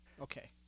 Okay